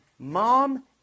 Mom